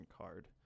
card